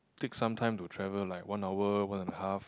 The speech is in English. take some time to travel like one hour one and half